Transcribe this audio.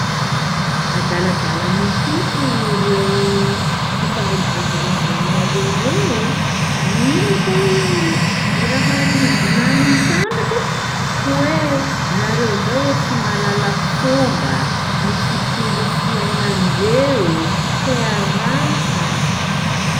"Adaladala mihitsy ireo mifanolo-bodirindrina aminareo reo o! Ino hoy igny i raha nivolagniny tamiko? Hoe nareo zao hoe tsy mahalala fomba, mitsikilo fiainandreo, tea raha."